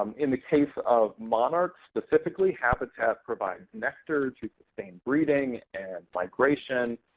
um in the case of monarchs specifically, habitat provides nectar to sustain breeding and migration.